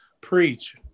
preach